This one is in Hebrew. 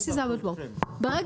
ברגע